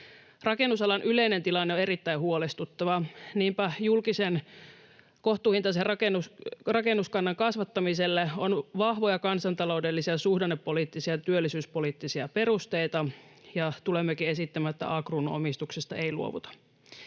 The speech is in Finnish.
Rakennusalan yleinen tilanne on erittäin huolestuttava. Niinpä julkisen kohtuuhintaisen rakennuskannan kasvattamiselle on vahvoja kansantaloudellisia, suhdannepoliittisia ja työllisyyspoliittisia perusteita, ja tulemmekin esittämään, että A-Kruunun omistuksesta ei luovuta.